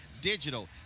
digital